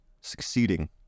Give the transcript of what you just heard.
succeeding